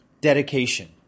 dedication